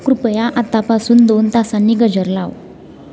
कृपया आतापासून दोन तासांनी गजर लाव